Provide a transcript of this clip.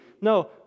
No